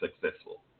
successful